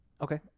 Okay